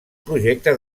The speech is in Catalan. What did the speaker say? projecte